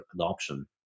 adoption